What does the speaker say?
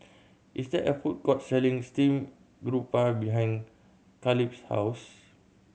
is there a food court selling steamed garoupa behind Kaleb's house